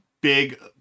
big